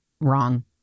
wrong